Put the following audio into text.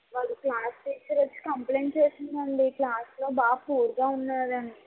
వాళ్ళ class teacher వచ్చి complaint చేసింది అండి క్లాస్లో బాగా పూర్గా ఉన్నాడని